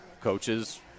coaches